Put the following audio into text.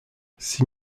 six